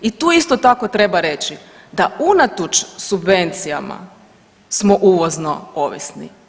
I tu isto tako treba reći, da unatoč subvencijama smo uvozno ovisni.